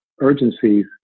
urgencies